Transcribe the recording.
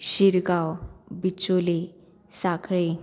Shirgaon Bicholi Sanquelim